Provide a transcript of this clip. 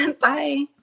Bye